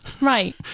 right